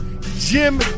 Jim